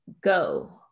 go